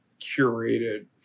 curated